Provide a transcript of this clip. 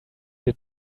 did